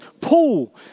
Paul